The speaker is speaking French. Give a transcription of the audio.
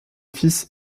fils